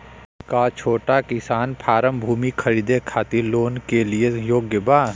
का छोटा किसान फारम भूमि खरीदे खातिर लोन के लिए योग्य बा?